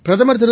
பிரதமர் திரு